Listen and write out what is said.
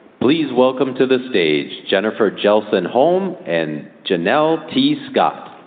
please welcome to the stage, jennifer jellison holme and janelle t. scott.